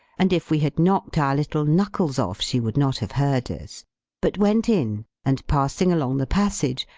and if we had knocked our little knuckles off she would not have heard us but went in, and, passing along the passage,